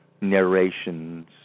narrations